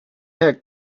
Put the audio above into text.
had